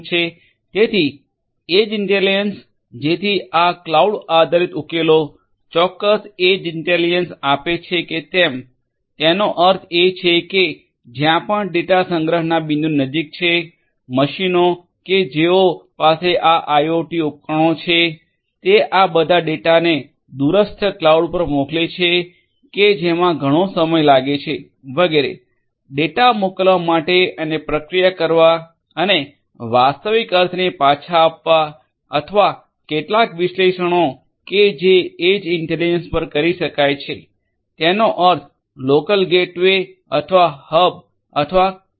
તેથી edge intelligence જેથી આ ક્લાઉડ આધારિત ઉકેલો ચોક્કસ એજ ઇન્ટેલિજન્સ આપે છે કે કેમ તેનો અર્થ એ છે કે જ્યાં પણ ડેટા સંગ્રહના બિંદુની નજીક છે મશીનો કે જેઓ પાસે આ આઇઓટી ઉપકરણો છે તે આ બધા ડેટાને દૂરસ્થ ક્લાઉડ પર મોકલે છે કે જેમાં ઘણો સમય લાગે છે વગેરે ડેટા મોકલવા માટે અને પ્રક્રિયા કરવા અને વાસ્તવિક અર્થને પાછા આપવા અથવા કેટલાક વિશ્લેષણો કે જે એજ ઇન્ટેલિજન્સ પર કરી શકાય છે તેનો અર્થ લોકલ ગેટવે અથવા હબ અથવા કંઈ પણ